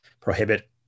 prohibit